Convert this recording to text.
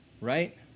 right